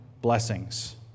blessings